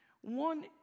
One